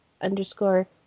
underscore